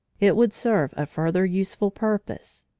it would serve a further useful purpose.